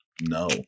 no